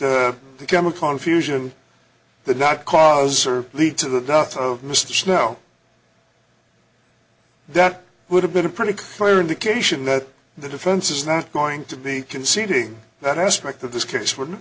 that the chemical infusion the not cause or lead to the death of mr snow that would have been a pretty clear indication that the defense is not going to be conceding that aspect of this case w